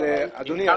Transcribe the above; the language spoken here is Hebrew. אדוני,